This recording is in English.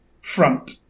front